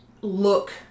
look